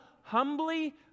humbly